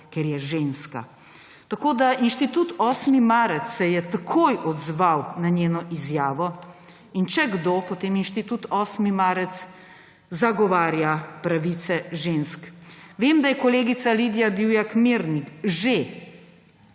ker je ženska. Inštitut 8. marec se je takoj odzval ne njeno izjavo, in če kdo, potem Inštitut 8. marec zagovarja pravice žensk. Vem, da je kolegica Lidija Divjak Mirnik že